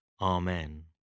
Amen